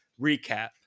recap